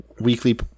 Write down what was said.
weekly